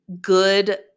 good